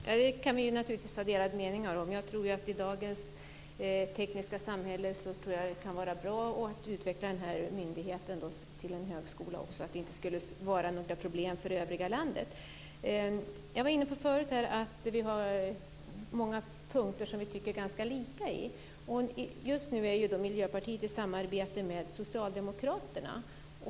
Herr talman! Vi kan naturligtvis ha delade meningar om detta. I dagens tekniska samhälle kan det vara bra att utveckla myndigheten till en högskola. Det ska inte vara några problem för övriga landet. Jag var tidigare inne på att det finns många punkter där vi tycker lika. Just nu är Miljöpartiet i samarbete med Socialdemokraterna.